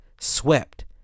swept